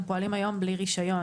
הם פועלים היום בלי רישיון.